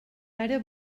ara